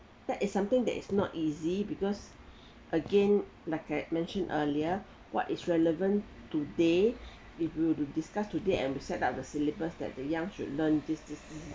that is something that is not easy because again like I mentioned earlier what is relevant today if you do discuss today and we set up the syllabus that the young should learn this this